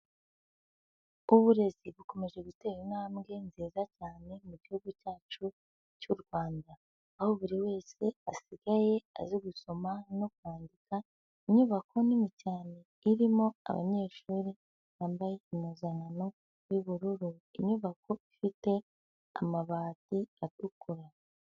Uburezi bukomeje gutera intambwe nziza cyane mu mugihugu cyacu cy'u Rwanda, aho buri wese asigaye azi gusoma no kwandika. Inyubako nini cyane irimo abanyeshuri bambaye impuzankano y'ubururu, inyubako ifite amabati atukura.